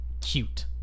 cute